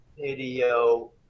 video